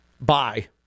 Bye